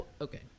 Okay